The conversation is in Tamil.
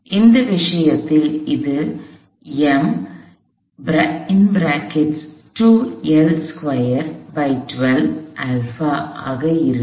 எனவே இந்த விஷயத்தில் அது ஆக இருக்கும்